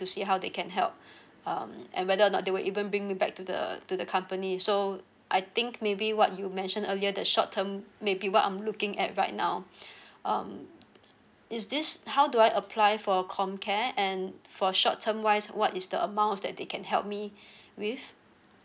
to see how they can help um and whether or not they will even bring me back to the to the company so I think maybe what you mentioned earlier the short term maybe what I'm looking at right now um is this how do I apply for comcare and for short term wise what is the amount that they can help me with